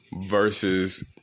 versus